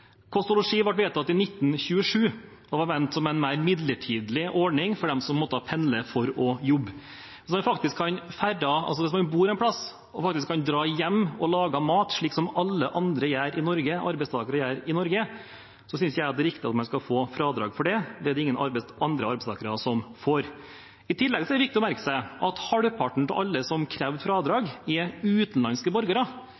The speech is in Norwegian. Kost og losji ble vedtatt i 1927 og var ment som en mer midlertidig ordning for dem som måtte pendle for å jobbe. Hvis man bor en plass og kan dra hjem og lage mat, slik som alle andre arbeidstakere i Norge gjør, synes ikke jeg det er riktig at man skal få fradrag for det. Det er det ingen andre arbeidstakere som får. I tillegg er det viktig å merke seg at halvparten av alle som